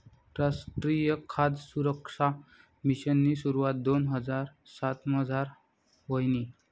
रासट्रीय खाद सुरक्सा मिशननी सुरवात दोन हजार सातमझार व्हयनी